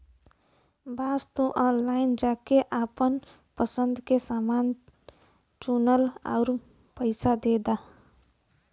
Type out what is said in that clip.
बस तू ऑनलाइन जाके आपन पसंद के समान चुनला आउर पइसा दे दा